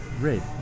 red